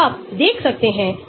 हमारे पास 2 चीजें हो रही हैं